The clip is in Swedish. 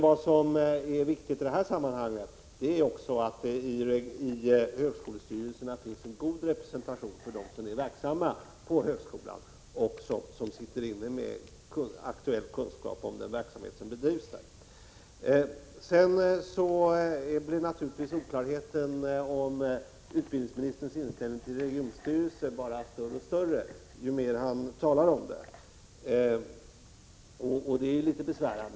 Vad som är viktigt i detta sammanhang är också att det i högskolestyrelserna finns en god representation för dem som är verksamma på högskolan och sitter inne med aktuell kunskap om den verksamhet som bedrivs där. Tyvärr blir oklarheten om utbildningsministerns inställning till regionstyrelserna bara större och större, ju mer han talar om detta, och det är litet besvärande.